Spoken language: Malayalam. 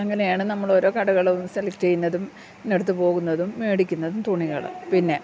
അങ്ങനെയാണ് നമ്മൾ ഓരോ കടകൾ സെലക്ട് ചെയ്യുന്നതും ഇന്നടുത്ത് പോകുന്നതും മേടിക്കുന്നതും തുണികൾ പിന്നെ